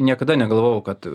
niekada negalvojau kad